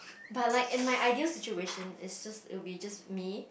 but like in my ideal situation is just it'll be just me